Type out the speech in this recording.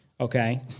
okay